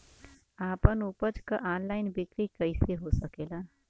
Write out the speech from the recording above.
आपन उपज क ऑनलाइन बिक्री कइसे हो सकेला?